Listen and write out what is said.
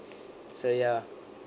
so ya